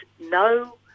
no